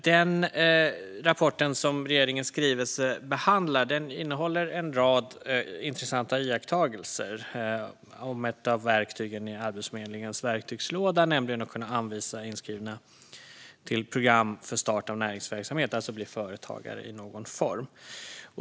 Den rapport som regeringens skrivelse behandlar innehåller en rad intressanta iakttagelser om ett av verktygen i Arbetsförmedlingens verktygslåda, nämligen möjligheten att anvisa inskrivna till program för start av näringsverksamhet - alltså att de blir företagare i någon form.